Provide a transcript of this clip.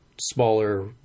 smaller